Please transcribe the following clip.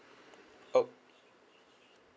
opp